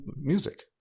music